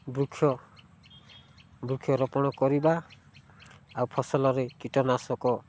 ବୃକ୍ଷ ବୃକ୍ଷରୋପଣ କରିବା ଆଉ ଫସଲରେ କୀଟନାଶକ